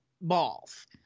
balls